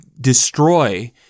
destroy